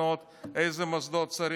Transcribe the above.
איזה מוסדות צריך לפנות.